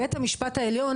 בית המשפט העליון,